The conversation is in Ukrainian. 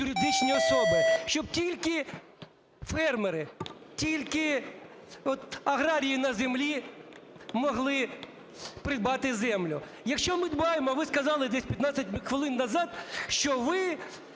юридичні особи, щоб тільки фермери, тільки аграрії на землі могли придбати землю. Якщо ми дбаємо, а ви сказали десь 15 хвилин назад, що ви